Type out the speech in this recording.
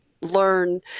learn